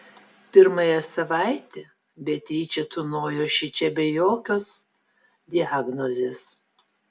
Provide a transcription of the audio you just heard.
pirmąją savaitę beatričė tūnojo šičia be jokios diagnozės